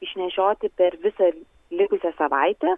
išnešioti per visą likusią savaitę